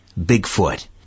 Bigfoot